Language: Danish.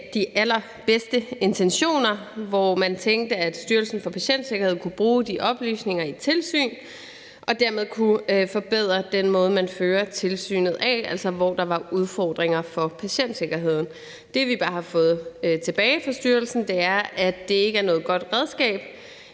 de allerbedste intentioner, hvor man tænkte, at Styrelsen for Patientsikkerhed kunne bruge de oplysninger i et tilsyn og dermed kunne forbedre den måde, man fører tilsynet på – altså hvor der var udfordringer for patientsikkerheden. Det, vi bare har fået tilbage fra styrelsen, er, at det ikke er noget godt redskab